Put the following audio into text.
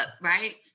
Right